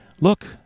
look